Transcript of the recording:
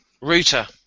Router